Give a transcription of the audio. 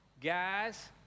guys